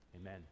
Amen